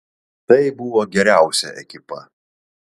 tai buvo geriausia ekipa